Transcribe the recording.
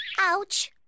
Ouch